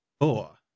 four